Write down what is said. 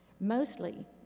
mostly